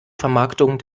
vermarktung